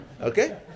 Okay